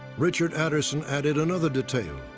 richard aderson added another detail.